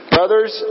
Brothers